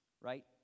Right